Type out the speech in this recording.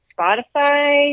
Spotify